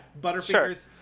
Butterfingers